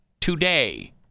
today